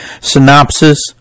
synopsis